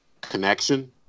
connection